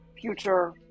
future